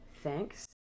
thanks